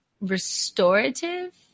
restorative